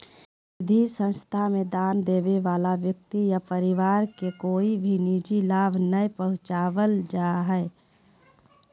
निधि संस्था मे दान देबे वला व्यक्ति या परिवार के कोय भी निजी लाभ नय पहुँचावल जा हय